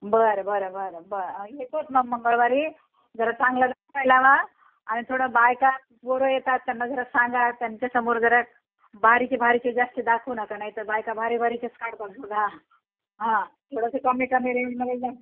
बरं बरं बरं बरं येतो मग मंगळवारी जरा चांगला दाखवाय लावा आणि थोडं बायका पोरं येतात त्यांना जरा सांगा त्यांच्यासमोर जरा भारीचे भारीचे जास्त दाखवू नका नाहीतर बायका भारी भारीचेच काढतात बघा हां थोडंसं कमी कमी रेंजमध्ये